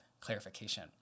clarification